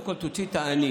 קודם כול תוציאי את ה"אני".